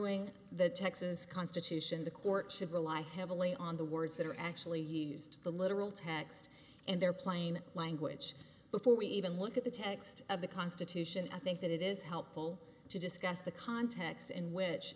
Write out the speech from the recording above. construing the texas constitution the court should rely heavily on the words that are actually used the literal text and their plain language before we even look at the text of the constitution i think that it is helpful to discuss the context in which